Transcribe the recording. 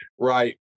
right